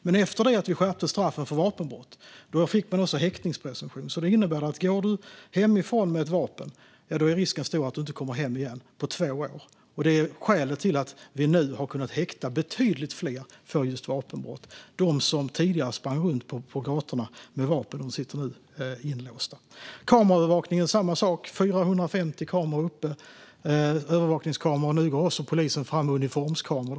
Men efter det att vi skärpte straffen för vapenbrott fick vi också en häktningspresumtion som innebär att om du går hemifrån med ett vapen, ja, då är risken stor att du inte kommer hem igen på två år. Det är skälet till att vi nu har kunnat häkta betydligt fler för just vapenbrott. De som tidigare sprang runt på gatorna med vapen, de sitter nu inlåsta. Det är samma sak med kameraövervakningen - 450 övervakningskameror är uppe, och nu går polisen fram med uniformskameror.